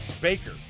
Baker